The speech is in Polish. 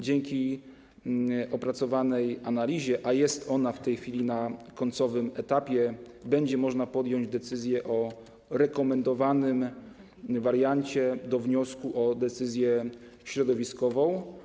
Dzięki opracowanej analizie, a jest ona w tej chwili na końcowym etapie, będzie można podjąć decyzję o wariancie rekomendowanym do wniosku o decyzję środowiskową.